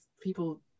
people